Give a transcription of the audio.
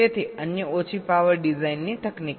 તેથી અન્ય low power design તકનીકો